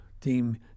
deem